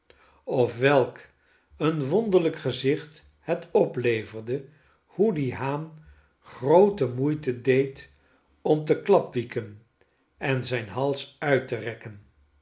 of welk een wonderlijk gezicht het opleverde hoe die haan groote moeite deed om te klapwieken en zijn hals uit te rekken